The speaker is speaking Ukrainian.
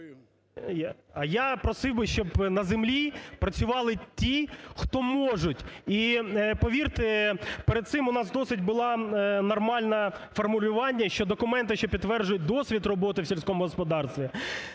Я просив би, щоб на землі працювали ті, хто можуть. І, повірте, перед цим, у нас досить було нормальне формулювання, що документи, що підтверджують досвід роботи в сільському господарстві,